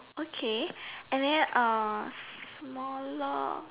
okay and then uh smaller